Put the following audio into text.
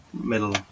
middle